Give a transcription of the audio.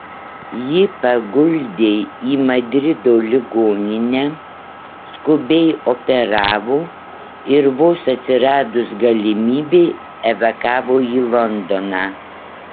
jį paguldė į madrido ligoninę skubiai operavo ir vos atsiradus galimybei evakavo į londoną